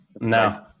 No